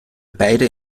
beide